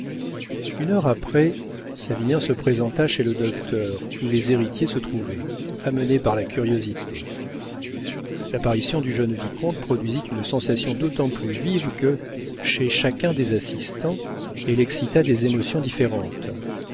une heure après savinien se présenta chez le docteur où les héritiers se trouvaient amenés par la curiosité l'apparition du jeune vicomte produisit une sensation d'autant plus vive que chez chacun des assistants elle excita des émotions différentes